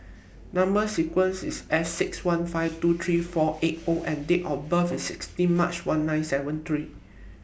Number sequence IS S six one five two three four eight O and Date of birth IS sixteen March one nine seven three